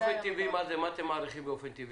מה אתם מעריכים באופן טבעי?